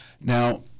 Now